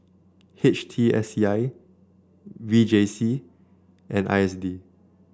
H T S C I V J C and I S D